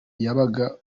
yabaga